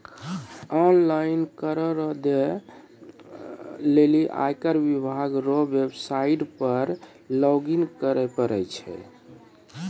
online कर रो दै लेली आयकर विभाग रो वेवसाईट पर लॉगइन करै परै छै